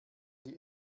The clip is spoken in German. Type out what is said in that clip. die